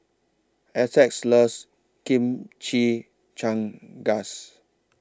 Essex loves Chimichangas